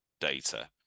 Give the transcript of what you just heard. data